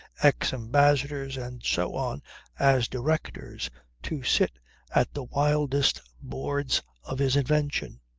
ex-ambassadors and so on as directors to sit at the wildest boards of his invention.